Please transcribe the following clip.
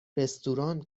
رستوران